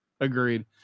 Agreed